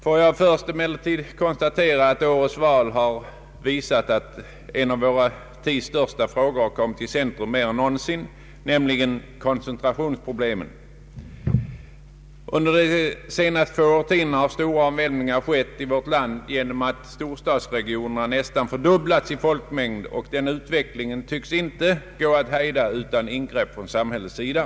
Jag vill först konstatera att årets val har visat att en av vår tids största frågor kommit i centrum mer än någonsin, nämligen koncentrationsproblemen. Un der de senaste två årtiondena har stora omvälvningar skett i vårt land genom att folkmängden i storstadsregionerna nästan fördubblats, och denna utveckling tycks inte gå att hejda utan ingripande från samhällets sida.